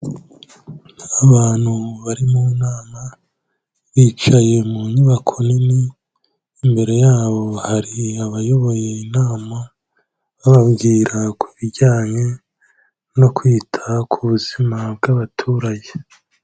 Abantu bari mu nama bicaye mu nyubako nini, imbere ya bo hari abayoboye inama bababwira ku bijyanye no kwita ku buzima bw'abaturage.